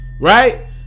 Right